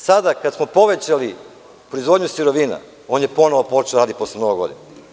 Sada kada smo povećali proizvodnju sirovina on je ponovo počeo da radi posle mnogo godina.